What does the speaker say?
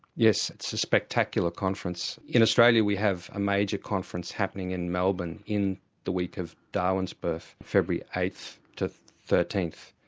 yes, it's a spectacular conference. in australia we have a major conference happening in melbourne in the week of darwin's birth, february eighth to thirteenth.